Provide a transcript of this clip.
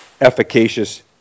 efficacious